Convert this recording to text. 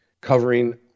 covering